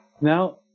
now